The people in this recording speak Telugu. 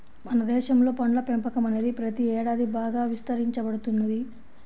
మన దేశంలో పండ్ల పెంపకం అనేది ప్రతి ఏడాది బాగా విస్తరించబడుతున్నది